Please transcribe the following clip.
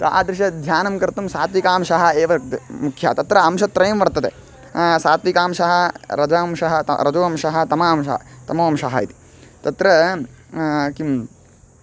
तादृशध्यानं कर्तुं सात्विकांशः एव मुख्यः तत्र अंशत्रयं वर्तते सात्विकांशः रजोंशः त रजोंशः तमोंशः तमो अंशः इति तत्र किं